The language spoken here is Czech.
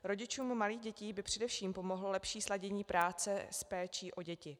Rodičům malých dětí by především pomohlo lepší sladění práce s péčí o děti.